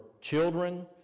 children